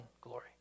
glory